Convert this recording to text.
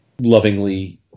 lovingly